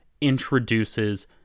introduces